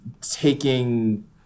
taking